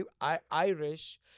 Irish